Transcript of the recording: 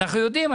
אנחנו יודעים,